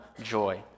joy